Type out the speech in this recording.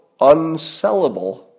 unsellable